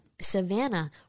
Savannah